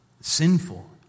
sinful